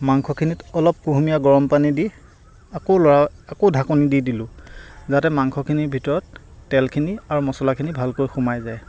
মাংসখিনিত অলপ কুহুমীয়া গৰমপানী দি আকৌ লৰা আকৌ ঢাকন দি দিলোঁ যাতে মাংসখিনিৰ ভিতৰত তেলখিনি আৰু মছলাখিনি ভালকৈ সোমাই যায়